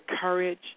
courage